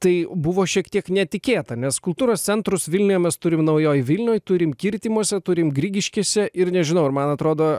tai buvo šiek tiek netikėta nes kultūros centrus vilniuje mes turim naujoje vilnioj turim kirtimuose turim grigiškėse ir nežinau ar man atrodo